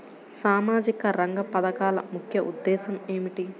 సామాజిక రంగ పథకాల ముఖ్య ఉద్దేశం ఏమిటీ?